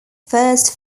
first